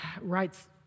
writes